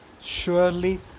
surely